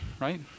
right